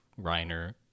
Reiner